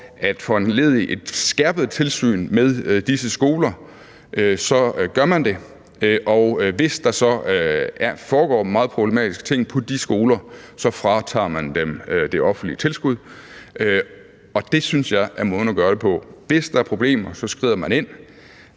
at foranledige et skærpet tilsyn med disse skoler, så gør man det, og hvis der så foregår meget problematiske ting på de skoler, fratager man dem det offentlige tilskud. Det synes jeg er måden at gøre det på. Hvis der er problemer, skrider man ind,